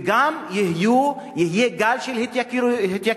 וגם יהיה גל של התייקרויות.